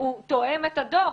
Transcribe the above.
הוא תואם את הדוח.